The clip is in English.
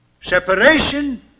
separation